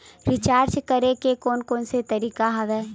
Recharge करे के कोन कोन से तरीका हवय?